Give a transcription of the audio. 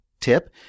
tip